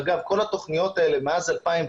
אגב, כל התוכניות האלה מאז 2008,